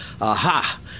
aha